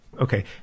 Okay